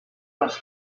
was